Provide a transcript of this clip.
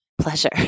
pleasure